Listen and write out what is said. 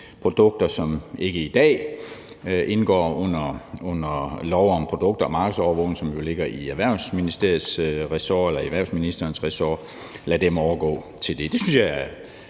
produkter, som ikke i dag indgår under lov om produkt og markedsovervågning, der jo ligger i Erhvervsministeriets ressort eller i